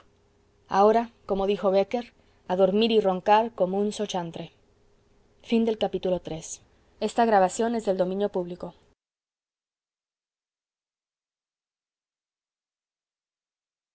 ahora como dijo bécquer a dormir y roncar como un sochantre